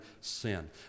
sin